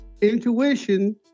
Intuition